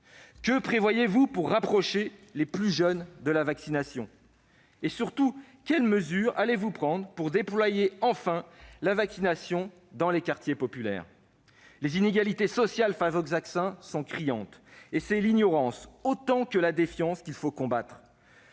Que prévoyez-vous pour rapprocher les plus jeunes de la vaccination ? Et surtout, quelles mesures allez-vous prendre pour enfin déployer la vaccination dans les quartiers populaires ? Les inégalités sociales face au vaccin sont criantes. C'est l'ignorance autant que la défiance qu'il faut combattre.